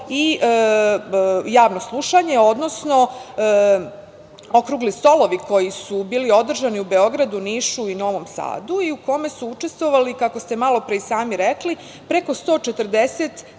i Javno slušanje, odnosno okrugli stolovi koji su bili održani u Beogradu, Nišu i Novom Sadu i u kome su učestvovali, kako ste malopre i sami rekli, preko 140